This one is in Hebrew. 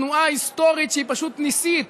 בתנועה היסטורית שהיא פשוט ניסית,